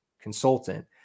consultant